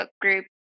group